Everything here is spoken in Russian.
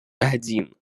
один